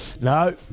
No